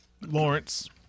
Lawrence